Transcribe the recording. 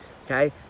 Okay